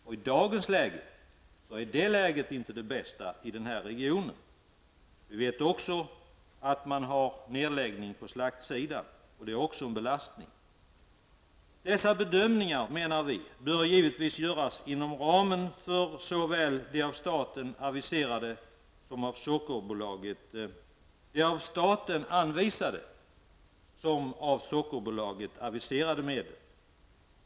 För närvarande är det läget inte det bästa i den här regionen. Vi vet också att man har nedläggning på slaktsidan. Det är också en belastning. Dessa bedömningar, menar vi, givetvis bör göras inom ramen för såväl de av staten anvisade som av Sockerbolaget aviserade medlen.